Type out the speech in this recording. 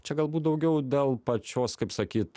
čia galbūt daugiau dėl pačios kaip sakyt